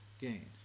gain